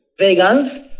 vegans